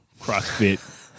CrossFit